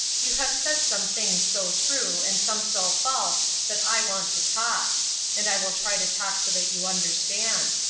you have said some things so true and some so false that i want to talk and i will try to talk so that you understand.